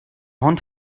hund